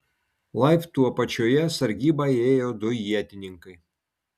laiptų apačioje sargybą ėjo du ietininkai